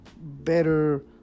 better